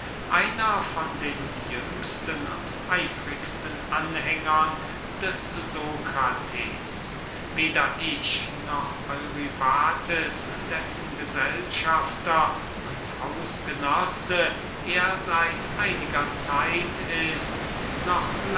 einer von den jüngsten und eifrigsten anhängern des sokrates weder ich noch eurybates dessen gesellschafter und hausgenosse er seit einiger zeit ist noch